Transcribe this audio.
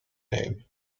name